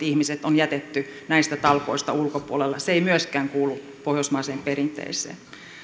ihmiset on jätetty näistä talkoista ulkopuolelle se ei myöskään kuulu pohjoismaiseen perinteeseen